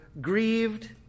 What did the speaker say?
grieved